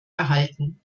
erhalten